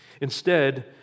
Instead